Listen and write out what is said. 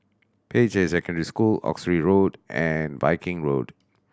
Peicai Secondary School Oxley Road and Viking Road